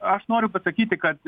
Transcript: aš noriu pasakyti kad